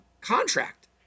contract